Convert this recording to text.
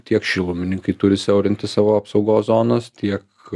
tiek šilumininkai turi siaurinti savo apsaugos zonos tiek